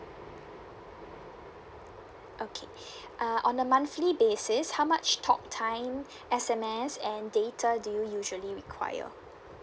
okay uh on a monthly basis how much talk time S_M_S and data do you usually require